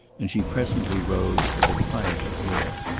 and she presently rose with a quieter air.